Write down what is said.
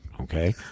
Okay